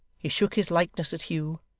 he shook his likeness at hugh,